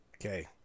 okay